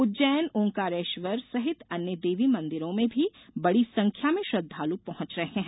उज्जैन ओंकारेश्वर सहित अन्य देवी मंदिरों में भी बड़ी संख्या में श्रद्वाल पहॅच रहे हैं